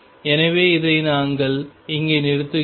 எனவே இதை நாங்கள் இங்கே நிறுத்துகிறோம்